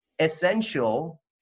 essential